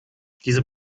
diese